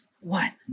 one